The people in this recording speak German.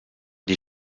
die